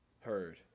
heard